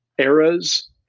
Eras